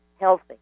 healthy